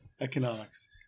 Economics